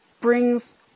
brings